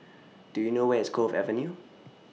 Do YOU know Where IS Cove Avenue